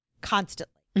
constantly